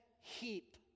heap